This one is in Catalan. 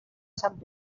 sant